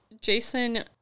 Jason